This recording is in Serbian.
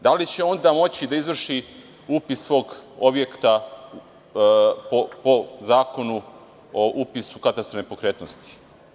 Da li će onda moći da izvrši upis svog objekta po Zakonu o upisu u katastar nepokretnosti?